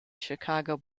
chicago